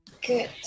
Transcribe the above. Good